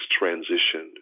transitioned